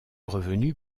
revenu